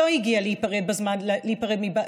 לא הגיעה להיפרד בזמן מאביה,